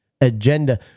agenda